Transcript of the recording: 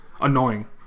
annoying